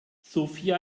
sofia